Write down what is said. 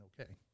okay